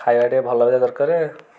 ଖାଇବା ଟିକେ ଭଲ ହୋଇଥିବା ଦରକାର